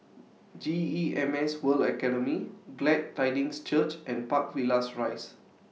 G E M S World Academy Glad Tidings Church and Park Villas Rise